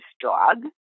dog